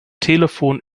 telefon